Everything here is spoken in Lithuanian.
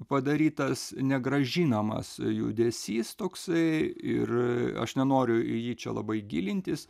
padarytas negrąžinamas judesys toksai ir aš nenoriu į jį čia labai gilintis